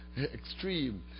extreme